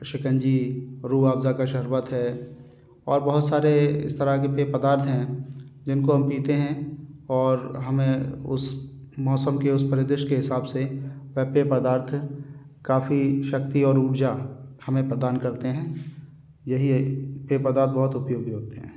शिकंजी रुहअफ़ज़ा का शर्बत है और बहुत सारे इस तरह के पेय पदार्थ हैं जिनको हम पीते हैं और हमें उस मौसम की उस परिदृश के हिसाब से वह पेय पदार्थ काफ़ी सक्ति और ऊर्जा हमें प्रदान करते हैं यही है पेय पदार्थ बहुत उपयोगी होते हैं